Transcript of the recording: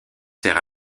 sert